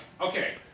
Okay